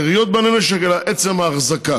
יריות בנשק, אלא עצם ההחזקה.